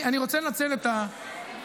אני רוצה לנצל את הדקה,